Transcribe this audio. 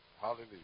Hallelujah